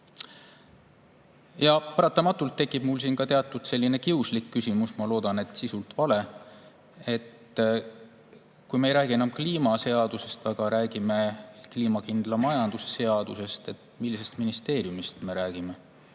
Paratamatult tekib mul siin ka selline kiuslik küsimus – ma loodan, et sisuliselt vale –, et kui me ei räägi enam mitte kliimaseadusest, vaid räägime kliimakindla majanduse seadusest, siis millisest ministeeriumist me räägime.